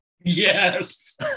Yes